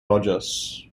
rogers